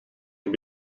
can